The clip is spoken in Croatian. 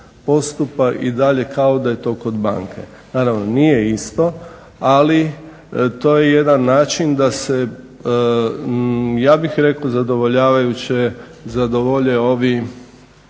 postupa i dalje kao da je to kod banke. Naravno nije isto ali to je jedan način da se ja bih rekao zadovoljavajuće zadovolje ovi